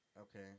Okay